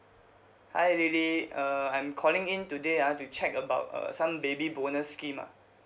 hi lily uh I'm calling in today ah to check about uh some baby bonus scheme ah